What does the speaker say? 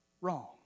wrong